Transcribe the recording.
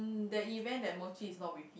um the event that Mochi is not with